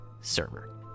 server